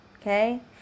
Okay